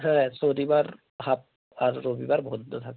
হ্যাঁ শনিবার হাফ আর রবিবার বন্ধ থাকে